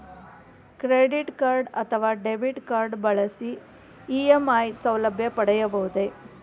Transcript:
Credit card ಅಥವಾ debit card ಬಳಸಿ EMI ಸೌಲಭ್ಯ ಪಡೆಯಬಹುದೇ?